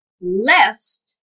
lest